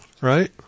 right